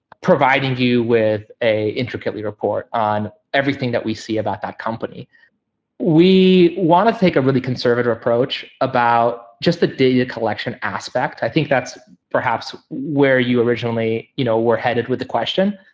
providing you with an intricately report on everything that we see about that company we want to take a really conservative approach about just the data collection aspect. i think that's perhaps where you originally you know were headed with the question.